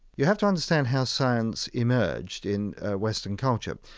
you have to understand how science emerged in western culture.